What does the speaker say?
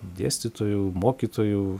dėstytojų mokytojų